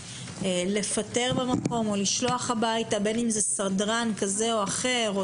לפטר במקום או לשלוח הביתה סדרן כזה או אחר.